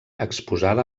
exposada